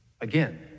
Again